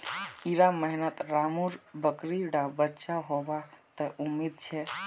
इड़ा महीनात रामु र बकरी डा बच्चा होबा त उम्मीद छे